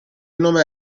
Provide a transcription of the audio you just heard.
nome